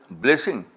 blessing